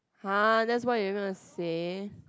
!huh! that's what you're gonna say